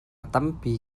tampi